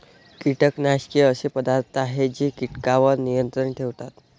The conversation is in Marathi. कीटकनाशके असे पदार्थ आहेत जे कीटकांवर नियंत्रण ठेवतात